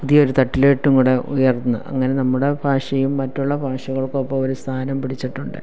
പുതിയൊരു തട്ടിലോട്ടും കൂടെ ഉയർന്ന് അങ്ങനെ നമ്മുടെ ഭാഷയും മറ്റുള്ള ഭാഷകൾക്കൊപ്പം ഒര് സ്ഥാനം പിടിച്ചിട്ടുണ്ട്